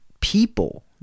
people